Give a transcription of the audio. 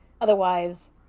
Otherwise